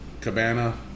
cabana